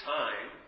time